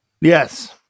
yes